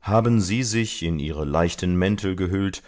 haben sie sich in ihre leichten mäntel gehüllt